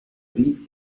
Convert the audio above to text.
vie